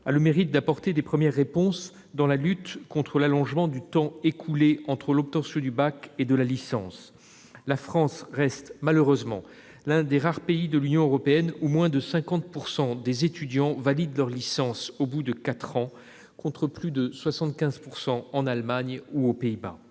a le mérite d'apporter des premières réponses dans la lutte contre l'allongement du temps écoulé entre l'obtention du bac et celle de la licence. La France reste malheureusement l'un des rares pays de l'Union européenne où moins de 50 % des étudiants valident leur licence au bout de quatre ans, contre plus de 75 % en Allemagne ou aux Pays-Bas.